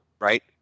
right